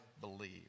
believe